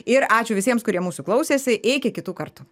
ir ačiū visiems kurie mūsų klausėsi iki kitų kartų